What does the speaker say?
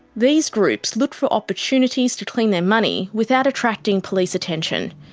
these groups look for opportunities to clean their money without attracting police attention.